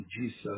Jesus